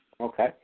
Okay